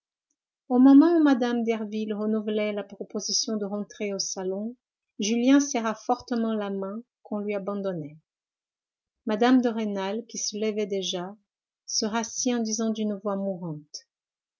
au moment où mme derville renouvelait la proposition de rentrer au salon julien serra fortement la main qu'on lui abandonnait mme de rênal qui se levait déjà se rassit en disant d'une voix mourante